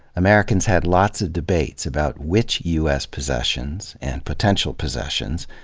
americans had lots of debates about which u s. possessions, and potential possessions,